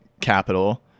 capital